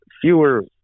Fewer